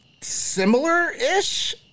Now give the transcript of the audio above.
similar-ish